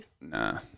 Nah